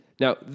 Now